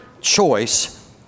choice